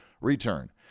return